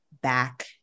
back